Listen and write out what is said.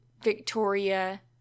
Victoria